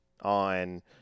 on